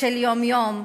של יום-יום.